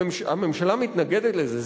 הממשלה מתנגדת לזה.